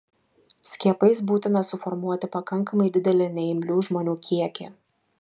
skiepais būtina suformuoti pakankamai didelį neimlių žmonių kiekį